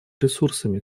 ресурсами